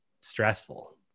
stressful